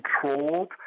controlled